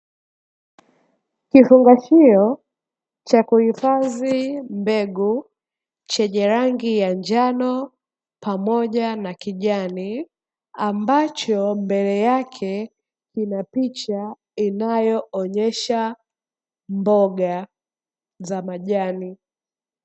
Kifungashio cha kuhifadhi mbegu, chenye rangi ya njano pamoja na kijani, ambacho mbele yake kina picha inayoonyesha mboga za majani.